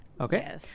Okay